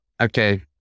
Okay